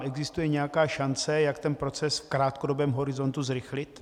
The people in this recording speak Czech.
Existuje nějaká šance, jak ten proces v krátkodobém horizontu zrychlit?